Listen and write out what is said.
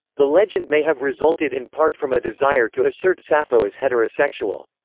the legend may have resulted in part from a desire to assert sappho as heterosexual.